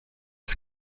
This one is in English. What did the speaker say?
his